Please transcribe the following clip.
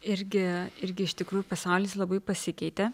irgi irgi iš tikrųjų pasaulis labai pasikeitė